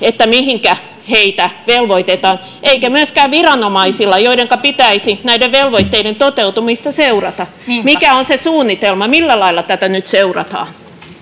siitä mihinkä heitä velvoitetaan eikä myöskään viranomaisilla joidenka pitäisi näiden velvoitteiden toteutumista seurata mikä on se suunnitelma millä lailla tätä nyt seurataan